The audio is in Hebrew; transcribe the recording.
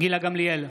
גילה גמליאל,